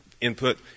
input